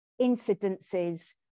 incidences